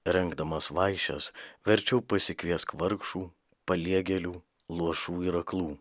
rengdamas vaišes verčiau pasikviesk vargšų paliegėlių luošų ir aklų